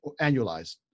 annualized